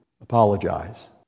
apologize